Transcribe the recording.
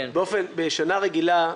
בשנה רגילה,